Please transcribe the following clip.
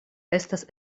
estas